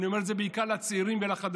ואני אומר את זה בעיקר לצעירים ולחדשים,